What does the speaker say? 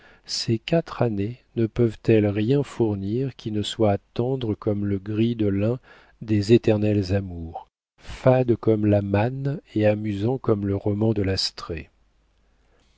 ces quatre années ne peuvent-elles rien fournir qui ne soit tendre comme le gris de lin des éternelles amours fade comme la manne et amusant comme le roman de l'astrée